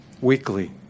weekly